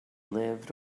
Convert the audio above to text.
lived